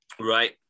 right